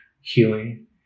healing